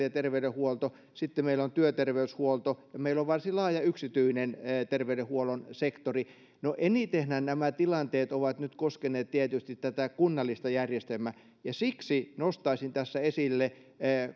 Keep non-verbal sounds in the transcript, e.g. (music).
(unintelligible) ja terveydenhuolto sitten meillä on työterveyshuolto ja meillä on varsin laaja yksityinen terveydenhuollon sektori no enitenhän nämä tilanteet ovat nyt koskeneet tietysti tätä kunnallista järjestelmää ja siksi nostaisin tässä esille